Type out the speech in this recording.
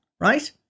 right